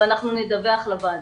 ונדווח לוועדה.